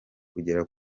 kugera